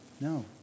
No